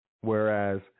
whereas